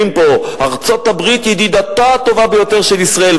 פה: ארצות-הברית היא ידידתה הטובה ביותר של ישראל.